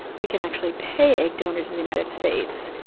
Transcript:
we can actually pay egg donors in the united states,